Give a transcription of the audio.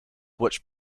which